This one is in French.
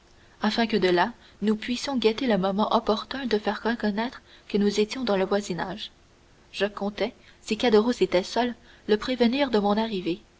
afin que de là nous pussions guetter le moment opportun de faire reconnaître que nous étions dans le voisinage je comptais si caderousse était seul le prévenir de mon arrivée